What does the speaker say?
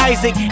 Isaac